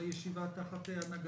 בישיבה תחת הנהגתך.